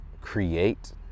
create